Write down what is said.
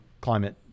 climate